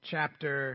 Chapter